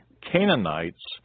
Canaanites